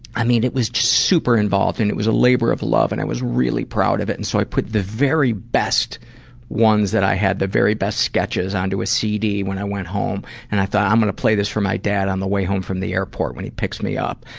it was just super involved, and it was a labor of love, and i was really proud of it. and so i put the very best ones that i had, the very best sketches, onto a cd when i went home, and i thought, i'm going to play this for my dad on the way home from the airport when he picks me up.